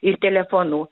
ir telefonų